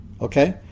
Okay